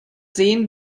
sehen